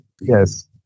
Yes